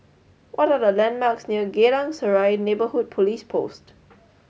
what are the landmarks near Geylang Serai Neighbourhood Police Post